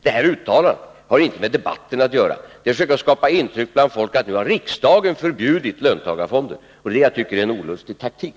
Detta uttalande har inte med debatten att göra. Det är till för att skapa intryck hos folk att riksdagen har förbjudit löntagarfonder — och det tycker jag är en olustig taktik.